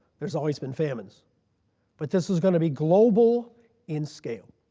there's always been famines but this is going to be global in scale.